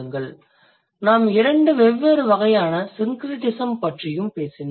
மேலும் நாம் இரண்டு வெவ்வேறு வகையான syncretism பற்றியும் பேசினோம்